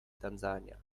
tanzania